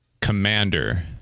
Commander